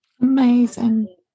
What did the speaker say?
Amazing